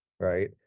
right